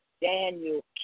Daniel